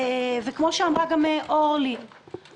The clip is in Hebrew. כפי שאמרה גם אורלי לוי אבקסיס,